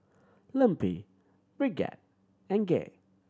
Lempi Bridgett and Gay